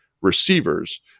receivers